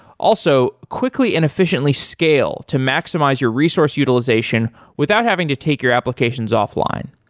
also, quickly and efficiently scale to maximize your resource utilization without having to take your applications offline.